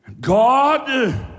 God